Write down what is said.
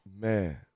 Man